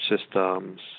systems